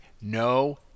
No